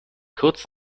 kurz